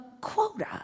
quota